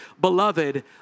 Beloved